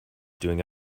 doing